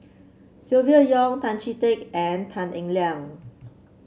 Silvia Yong Tan Chee Teck and Tan Eng Liang